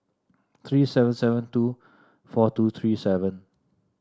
three seven seven two four two three seven